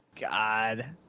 God